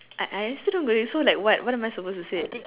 I I also don't get it so like what what am I supposed to say